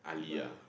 but